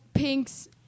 Pink's